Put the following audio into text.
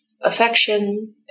affection